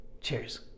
Cheers